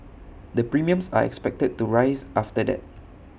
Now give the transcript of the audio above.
the premiums are expected to rise after that